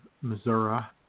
Missouri